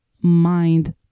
mind